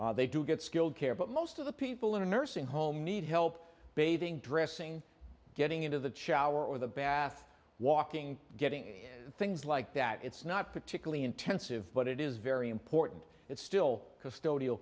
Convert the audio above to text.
there they do get skilled care but most of the people in a nursing home need help bathing dressing getting into the chow array or the bath walking getting things like that it's not particularly intensive but it is very important it's still custodial